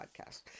podcast